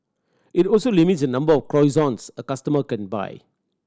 it also limits the number of croissants a customer can buy